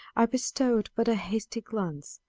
i bestowed but a hasty glance,